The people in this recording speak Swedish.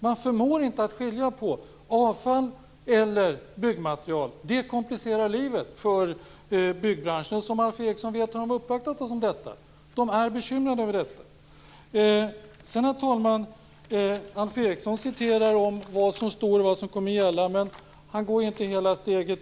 Man förmår inte skilja på avfall och byggmateriel. Det komplicerar livet för byggbranschen. Som Alf Eriksson vet har de uppvaktat oss om detta, därför att de är bekymrade. Herr talman! Alf Eriksson citerar vad som står och vad som kommer att gälla, men han går inte hela vägen.